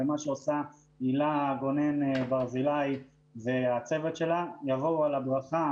על מה שעושה הילה גונן ברזילי והצוות שלה יבואו על הברכה.